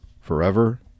forever